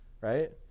right